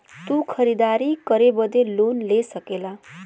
तू खरीदारी करे बदे लोन ले सकला